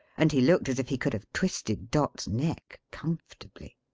and he looked as if he could have twisted dot's neck comfortably.